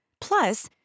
Plus